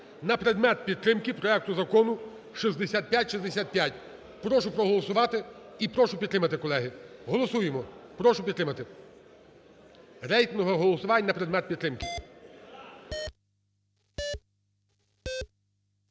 на предмет підтримки проекту Закону 6565. Прошу проголосувати і прошу підтримати, колеги. Голосуємо! Прошу підтримати. Рейтингове голосування на предмет підтримки.